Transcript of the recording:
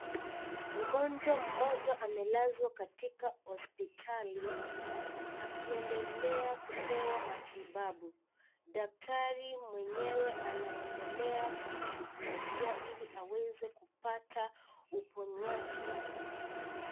Mgonjwa moja amelazwa katika hospitali, akiendelea kupewa matibabu, daktari mwenyewe anaendelea kushugulikia hili aweze kupata uponyaji.